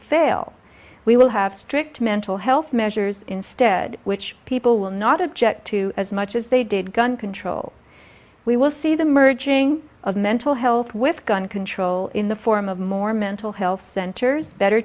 fail we will have strict mental health measures instead which people will not object to as much as they did gun control we will see the merging of mental health with gun control in the form of more mental health centers better